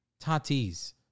Tati's